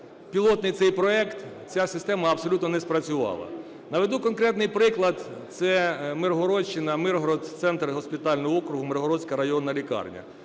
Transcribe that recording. пілотний цей проект, ця система абсолютно не спрацювала. Наведу конкретний приклад. Це Миргородщина, Миргород, центр госпітального округу, Миргородська районна лікарня.